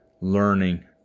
learning